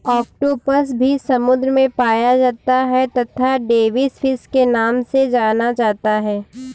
octopus भी समुद्र में पाया जाता है तथा डेविस फिश के नाम से जाना जाता है